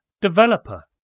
developer